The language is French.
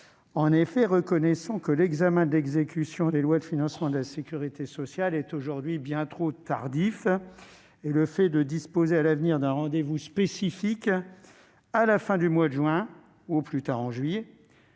En effet, reconnaissons que l'examen de l'exécution des lois de financement de la sécurité sociale est aujourd'hui bien trop tardif. Le fait de disposer à l'avenir d'un rendez-vous spécifique, à la fin du mois de juin ou au plus tard en juillet,